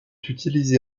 utilisée